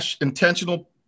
intentional